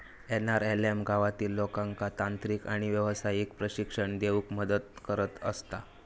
NRLM गावातील लोकांका तांत्रिक आणि व्यावसायिक प्रशिक्षण देऊन मदतच करत असता